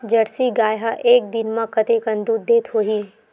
Jersey गाय ह एक दिन म कतेकन दूध देत होही?